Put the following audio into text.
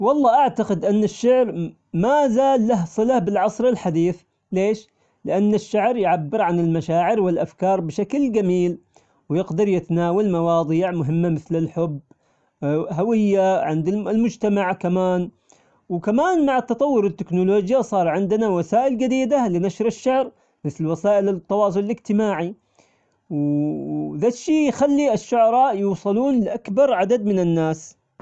والله أعتقد أن الشعر مازال له صلة بالعصر الحديث، ليش؟ لأن الشعر يعبر عن المشاعر والأفكار بشكل جميل، ويقدر يتناول مواضيع مهمة مثل الحب، هوية عند ال- المجتمع كمان، وكمان مع التطور والتكنولوجيا صار عندنا وسائل جديدة لنشر الشعر مثل وسائل التواصل الاجتماعي، وذا الشي يخلي الشعراء يوصلون لأكبر عدد من الناس.